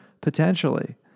Potentially